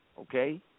Okay